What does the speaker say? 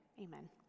amen